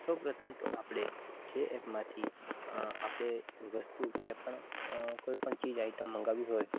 સૌ પ્રથમ તો આપણે જે ઍપમાંથી આપણે વસ્તુ કંઇપણ કોઈપણ ચીજ આઈટમ મગાવી હોય